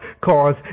Cause